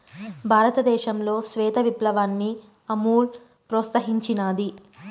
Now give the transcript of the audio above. భారతదేశంలో శ్వేత విప్లవాన్ని అమూల్ ప్రోత్సహించినాది